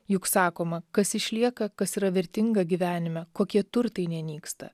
juk sakoma kas išlieka kas yra vertinga gyvenime kokie turtai nenyksta